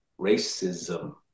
racism